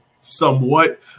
somewhat